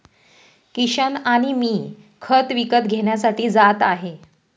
किशन आणि मी खत विकत घेण्यासाठी जात आहे